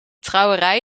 trouwerij